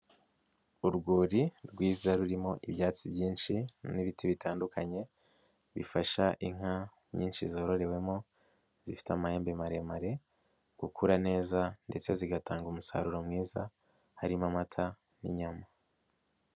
Urwuri rwiza rurimo ibyatsi byinshi n'ibiti bitandukanye, bifasha inka nyinshi zororewemo zifite amahembe maremare gukura neza ndetse zigatanga umusaruro mwiza, harimo amata n'inyama.